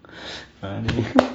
funny